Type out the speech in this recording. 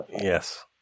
Yes